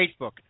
Facebook